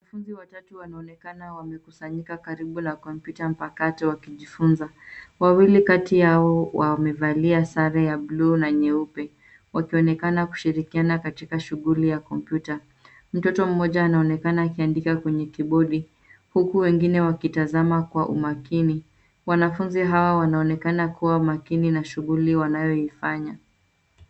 Watoto watatu wanaonekana wamekusanyika kwenye kompyuta mpakato wakijifunza , wawili kati yao wamevalia sare ya bluu na nyeupe wakionekana kushirikiana katika shughuli ya kompyuta. Mtoto mmoja anaonekana akiandika kwenye kibodi huku wengine wakitazama kwa umakini , wanafunzi hawa wanaonekana kuwa makini na shughuli wanayoifanya.